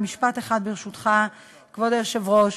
עוד משפט אחד, ברשותך, כבוד היושב-ראש: